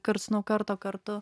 karts nuo karto kartu